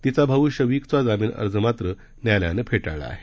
तिचा भाऊ शौविकचा जामीन अर्ज मात्र न्यायालयानं फेटाळला आहे